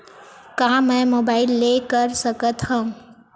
का मै मोबाइल ले कर सकत हव?